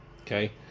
okay